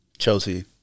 Chelsea